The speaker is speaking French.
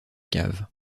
cave